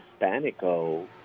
Hispanico